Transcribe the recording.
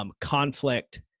Conflict